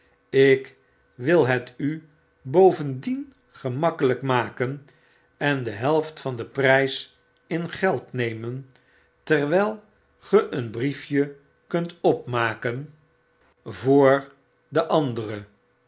ik wil het u bovendien gemakkelijk ma ken en de helft van den prys in geld nemen terwyl ge een briefje kunt opmaken de